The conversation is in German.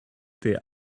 der